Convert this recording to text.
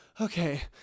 okay